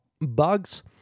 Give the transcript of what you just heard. bugs